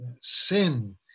sin